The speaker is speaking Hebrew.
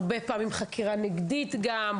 הרבה פעמים חקירה נגדית גם.